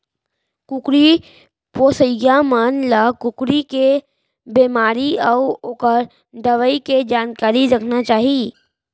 कुकरी पोसइया मन ल कुकरी के बेमारी अउ ओकर दवई के जानकारी रखना चाही